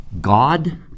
God